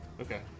Okay